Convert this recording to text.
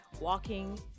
Walking